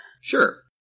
Sure